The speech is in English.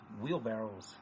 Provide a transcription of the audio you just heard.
wheelbarrows